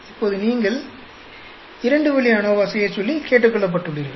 இப்போது நீங்கள் இரண்டு வழி அநோவா செய்யச் சொல்லி கேட்டுக்கொள்ளப்பட்டுள்ளீர்கள்